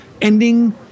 ending